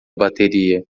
bateria